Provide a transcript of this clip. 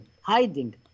hiding